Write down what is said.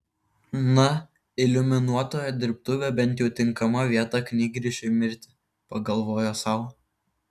na iliuminuotojo dirbtuvė bent jau tinkama vieta knygrišiui mirti pagalvojo sau